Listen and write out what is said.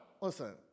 listen